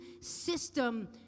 system